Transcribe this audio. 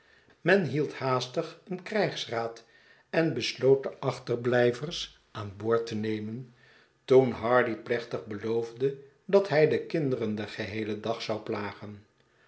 men hield haastig eenkrijgsraad en besloot de achterblijvers aan boord te nemen toen hardy plechtig beloofde dat hij de kinderen den geheelen dag zou plagen